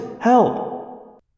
Help